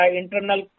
internal